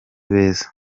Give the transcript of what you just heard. beza